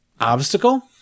obstacle